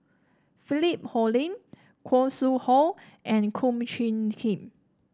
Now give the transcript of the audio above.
Philip Hoalim Khoo Sui Hoe and Kum Chee Kin